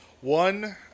One